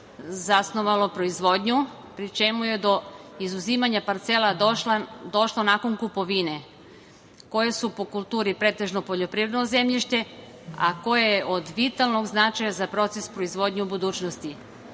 zasnovalo proizvodnju, pri čemu je do izuzimanja parcela došlo nakon kupovine, koje su po kulturi pretežno poljoprivredno zemljište, a koje je od vitalnog značaja za proces proizvodnje u budućnosti,